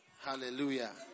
hallelujah